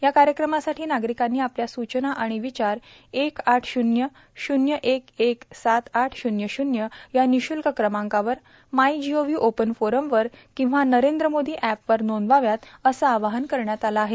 या कार्यक्रमासाठी नागरिकांनी आपल्या स्रचना आणि विचार एक आठ शूल्य शून्य एक एक सात आठ शून्य शून्य या निःशुल्क क्रमांकावर माय जीओव्ही ओपन फोरमवर किंवा नरेंद्र मोदी एपवर नोदवाव्यात असं आवाहन करण्यात आलं आहे